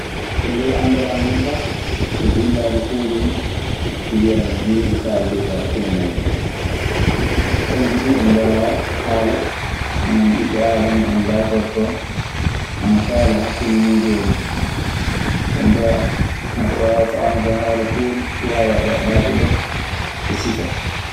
E ley anndala, minka e gullaali pooli nii, mbiyan mi ni ɗi kaldirta hakkunde majji. Kanji duu ɗi ngalaa haala hono ɓiɓɓe aadama en laatortoo ana kaala haakunde muuɗun en nii. jonkaa, neɗɗo faamataa haala pooli, waawaa ƴaɓɓaade ɗoo e sifa.